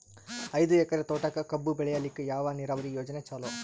ಐದು ಎಕರೆ ತೋಟಕ ಕಬ್ಬು ಬೆಳೆಯಲಿಕ ಯಾವ ನೀರಾವರಿ ಯೋಜನೆ ಚಲೋ?